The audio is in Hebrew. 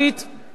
לגיטימית,